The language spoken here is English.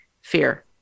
fear